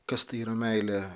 kas tai yra meilė